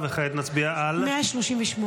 וכעת נצביע על --- 138.